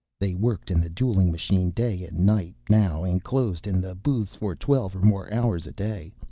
they worked in the dueling machine day and night now, enclosed in the booths for twelve or more hours a day,